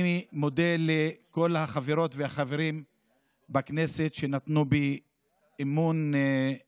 אני מודה לכל החברות והחברים שנתנו בי אמון